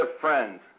friends